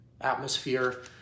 atmosphere